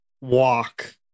walk